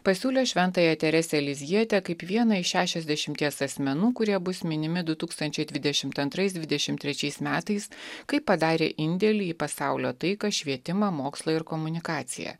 pasiūlė šventąją teresę lizjetę kaip vieną iš šešiasdešimties asmenų kurie bus minimi du tūkstančiai dvidešimt antrais dvidešimt trečiais metais kai padarę indėlį į pasaulio taiką švietimą mokslą ir komunikaciją